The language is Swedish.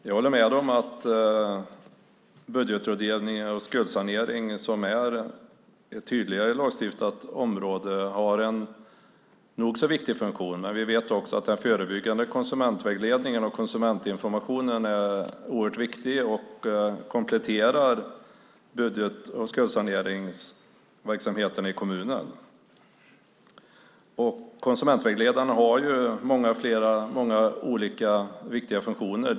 Jag håller med om att budgetrådgivning och skuldsanering som är ett tydligare lagstiftat område har en nog så viktig funktion, men vi vet också att den förebyggande konsumentvägledningen och konsumentinformationen är oerhört viktig och kompletterar budget och skuldrådgivningsverksamheten i kommunerna. Konsumentvägledarna har ju många olika viktiga funktioner.